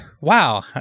wow